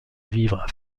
vivre